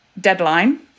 deadline